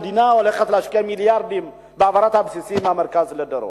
המדינה הולכת להשקיע מיליארדים בהעברת הבסיסים מהמרכז לדרום,